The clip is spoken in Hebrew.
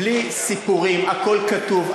בלי סיפורים, הכול כתוב.